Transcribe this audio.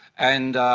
and,